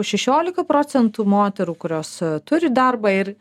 šešiolika procentų moterų kurios turi darbą ir